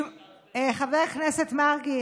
חבר הכנסת מרגי,